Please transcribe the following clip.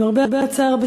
למרבה הצער,